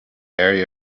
area